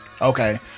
Okay